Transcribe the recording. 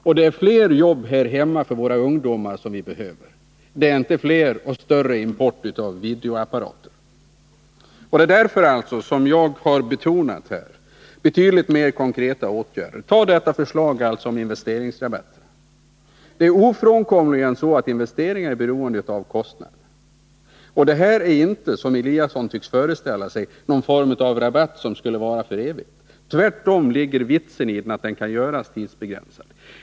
Och det är fler jobb här hemma för våra ungdomar som vi behöver — inte större import av videoapparater. Detta är anledningen till att jag här har betonat betydligt mer konkreta åtgärder. Ta exempelvis förslaget om investeringsrabatt. Ofrånkomligen är investeringar beroende av kostnader. Ingemar Eliasson tycks föreställa sig att det här är en form av rabatt som skulle vara för evigt. Så är inte fallet. Tvärtom ligger vitsen med investeringsrabatten i att den kan göras tidsbegränsad.